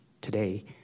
today